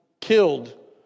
killed